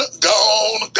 gone